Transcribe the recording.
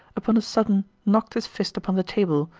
upon a sudden knocked his fist upon the table,